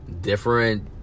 different